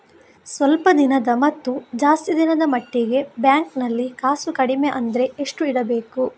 ಸ್ವಲ್ಪ ದಿನದ ಮತ್ತು ಜಾಸ್ತಿ ದಿನದ ಮಟ್ಟಿಗೆ ಬ್ಯಾಂಕ್ ನಲ್ಲಿ ಕಾಸು ಕಡಿಮೆ ಅಂದ್ರೆ ಎಷ್ಟು ಇಡಬೇಕು?